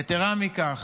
יתרה מזו,